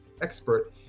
expert